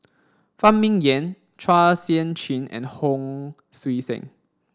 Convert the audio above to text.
Phan Ming Yen Chua Sian Chin and Hon Sui Sen